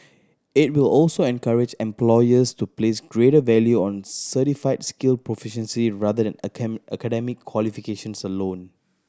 it will also encourage employers to place greater value on certified skill proficiency rather than academic qualifications alone